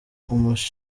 umushinwa